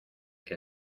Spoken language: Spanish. que